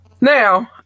Now